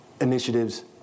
initiatives